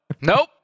Nope